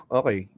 okay